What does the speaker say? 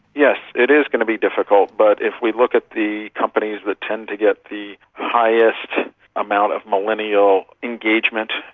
yes, it is going to be difficult, but if we look at the companies that tend to get the highest amount of millennial engagement,